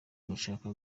gushaka